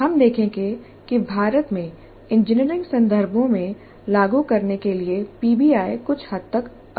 हम देखेंगे कि भारत में इंजीनियरिंग संदर्भों में लागू करने के लिए पीबीआई कुछ हद तक अक्षम है